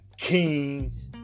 kings